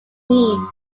team